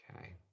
Okay